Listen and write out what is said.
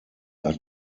are